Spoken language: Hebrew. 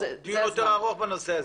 צריך לקיים דיון יותר ארוך בנושא הזה.